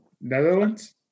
Netherlands